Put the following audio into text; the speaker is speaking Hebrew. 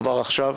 כבר עכשיו,